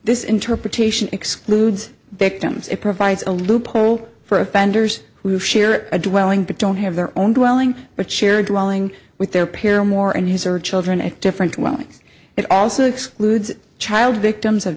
this interpretation excludes victims it provides a loophole for offenders who share a dwelling but don't have their own dwelling but share drawing with their peril more and his or her children act differently it also excludes child victims of